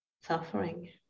suffering